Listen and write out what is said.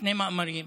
שני מאמרים,